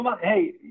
Hey